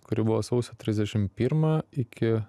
kuri buvo sausio trisdešim pirmą iki